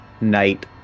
night